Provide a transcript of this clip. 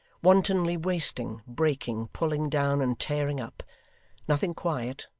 wantonly wasting, breaking, pulling down and tearing up nothing quiet,